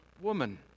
woman